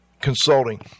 consulting